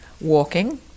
walking